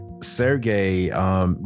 Sergey